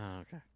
Okay